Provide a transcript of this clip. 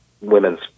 women's